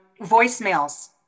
Voicemails